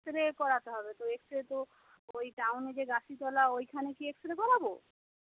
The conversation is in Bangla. তবে করাতে হবে তো এক্স রে তো ওই টাউনে যে গাছিতালা ওইখানে কি এক্স রে করাব